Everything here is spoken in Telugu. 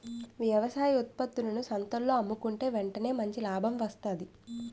వ్యవసాయ ఉత్త్పత్తులను సంతల్లో అమ్ముకుంటే ఎంటనే మంచి లాభం వస్తాది